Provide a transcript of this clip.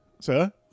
Sir